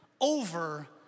over